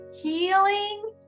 healing